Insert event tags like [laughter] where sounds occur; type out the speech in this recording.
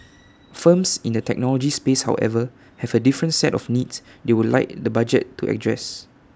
[noise] firms in the technology space however have A different set of needs they would like the budget to address